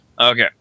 Okay